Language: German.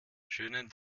schönen